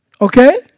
Okay